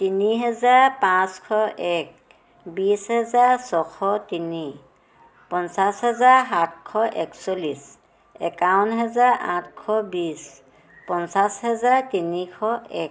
তিনি হেজাৰ পাঁচশ এক বিশ হেজাৰ ছশ তিনি পঞ্চাছ হেজাৰ সাতশ একচল্লিছ একাৱন হেজাৰ আঠশ বিশ পঞ্চাছ হেজাৰ তিনিশ এক